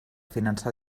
finançar